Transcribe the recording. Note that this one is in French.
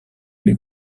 lui